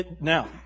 Now